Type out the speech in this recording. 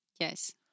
Yes